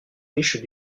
riches